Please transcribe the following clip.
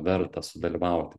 verta sudalyvauti